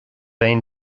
aon